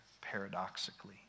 paradoxically